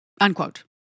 Unquote